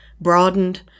broadened